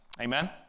Amen